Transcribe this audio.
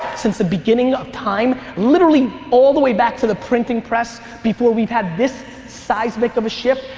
since the beginning of time, literally all the way back to the printing press, before we've had this seismic of a shift,